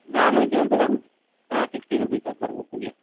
non veg வந்து uh ah sixty rupee sir per ஹெட்டுக்கு